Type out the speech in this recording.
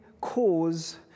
cause